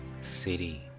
city